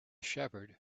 shepherd